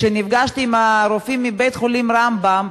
כשנפגשתי עם הרופאים מבית-החולים "רמב"ם",